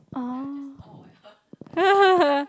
ah